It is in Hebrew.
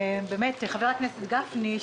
חבר הכנסת גפני,